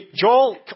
Joel